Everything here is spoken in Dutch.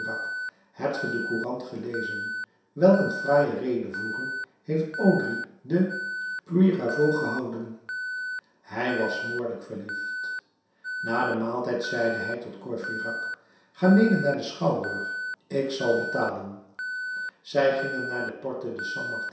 hebt ge de courant gelezen welk een fraaie redevoering heeft audry de puyraveau gehouden hij was smoorlijk verliefd na den maaltijd zeide hij tot courfeyrac ga mede naar den schouwburg ik zal betalen zij gingen naar de porte